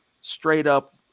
straight-up